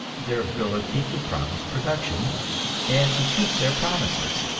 their ability to promise production and to keep their promises.